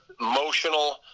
emotional